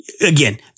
again